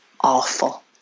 awful